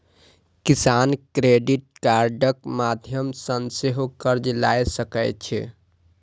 किसान क्रेडिट कार्डक माध्यम सं सेहो कर्ज लए सकै छै